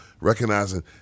recognizing